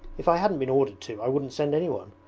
if i hadn't been ordered to i wouldn't send anyone,